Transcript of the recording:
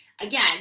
again